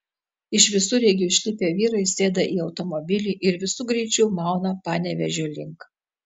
iš visureigio išlipę vyrai sėda į automobilį ir visu greičiu mauna panevėžio link